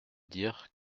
dire